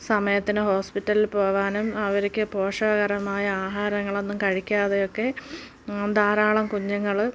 സമയത്തിന് ഹോസ്പിറ്റലിൽ പോകാനും അവർക്ക് പോഷകകരമായ ആഹാരങ്ങളൊന്നും കഴിക്കാതെയൊക്കെ ധാരാളം കുഞ്ഞുങ്ങൾ